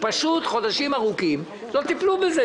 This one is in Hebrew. פשוט חודשים ארוכים לא טיפלו בהם.